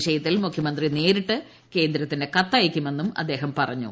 വിഷയത്തിൽ മുഖ്യമന്ത്രി നേരിട്ട് കേന്ദ്രത്തിന് കത്തയക്കുമെന്ന് മന്ത്രി പറഞ്ഞു